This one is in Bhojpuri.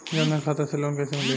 जन धन खाता से लोन कैसे मिली?